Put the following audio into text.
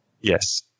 Yes